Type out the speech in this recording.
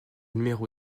numéro